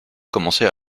commençait